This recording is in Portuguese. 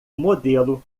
modelo